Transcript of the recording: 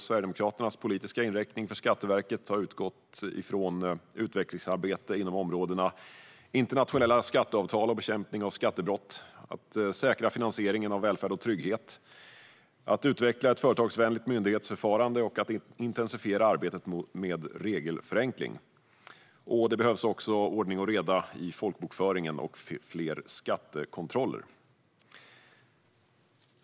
Sverigedemokraternas politiska inriktning för Skatteverket utgår ifrån ett utvecklingsarbete inom följande områden: internationella skatteavtal och bekämpning av skattebrott säkrad finansiering av välfärd och trygghet utveckling av ett företagsvänligt myndighetsförfarande intensifiering av arbetet med regelförenkling ordning och reda i folkbokföringen och fler skattekontroller.